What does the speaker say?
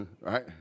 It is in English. right